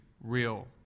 real